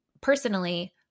personally